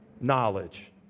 knowledge